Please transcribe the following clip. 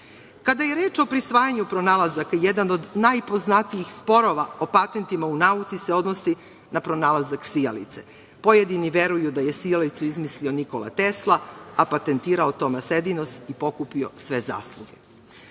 je reč o prisvajanju pronalazaka, jedan od najpoznatijih sporova o patentima u nauci se odnosi na pronalazak sijalice. Pojedini veruju da je sijalicu izmislio Nikola Tesla, a patentirao Tomas Edison i pokupio sve zasluge.U